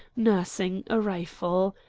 nursing a rifle.